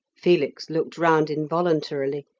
felix looked round involuntarily,